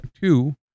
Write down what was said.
two